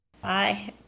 Bye